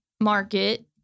market